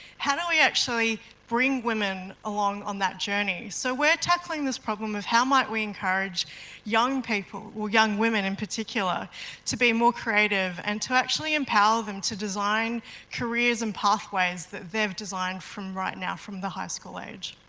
how do we actually bring women along on that journey? so, we're tackling this problem of how might we encourage young people, well young women in particular to be more creative and to actually empower them to design careers and pathways that they've designed from right now from the high school age?